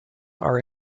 are